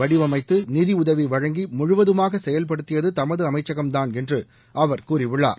வடிவமைத்து நிதியுதவி வழங்கி முழுவதுமாக செயல்படுத்தியது திட்டத்தை இந்த தமது அமைச்சகம்தான் என்று அவர் கூறியுள்ளார்